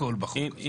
בחוק.